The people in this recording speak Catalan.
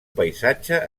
paisatge